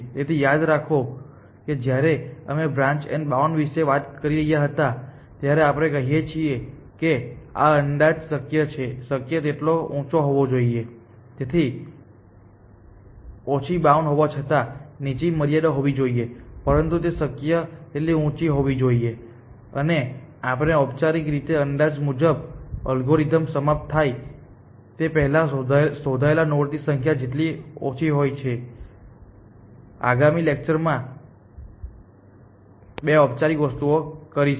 તેથી યાદ રાખો કે જ્યારે અમે બ્રાન્ચ એન્ડ બાઉન્ડ વિશે વાત કરી રહ્યા હતા ત્યારે આપણે કહીએ છીએ કે આ અંદાજ શક્ય તેટલો ઊંચો હોવો જોઈએ તે ઓછી બાઉન્ડ હોવા છતાં નીચી મર્યાદા હોવી જોઈએ પરંતુ તે શક્ય તેટલી ઊંચી હોવી જોઈએ અને આપણે ઔપચારિક રીતે અંદાજ મુજબ એલ્ગોરિધમ સમાપ્ત થાય તે પહેલાં શોધાયેલા નોડ્સની સંખ્યા જેટલી ઓછી હશે અમે આગામી લેકચર માં આ બે ઔપચારિક વસ્તુઓ કરીશું